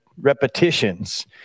repetitions